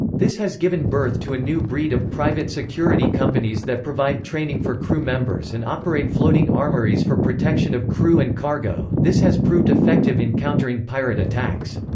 this has given birth to a new breed of private security companies that provide training for crew members and operate floating armouries for protection of crew and cargo this has proved effective in countering pirate attacks.